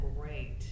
great